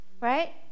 right